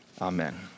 Amen